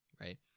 Right